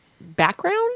background